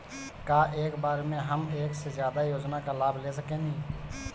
का एक बार में हम एक से ज्यादा योजना का लाभ ले सकेनी?